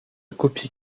copier